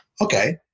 Okay